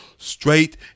Straight